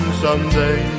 someday